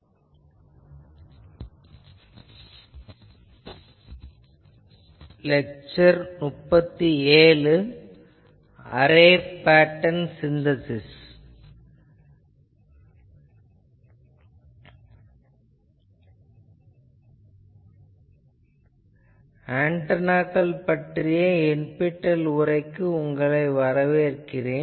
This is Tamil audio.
ஆன்டெனாக்கள் பற்றிய NPTEL உரைக்கு உங்களை வரவேற்கிறேன்